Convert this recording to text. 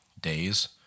days